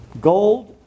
Gold